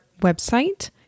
website